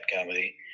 comedy